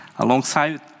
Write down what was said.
Alongside